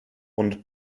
und